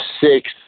six